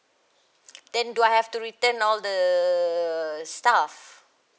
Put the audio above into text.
then do I have to return all the stuff